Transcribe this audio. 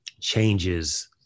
changes